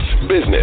business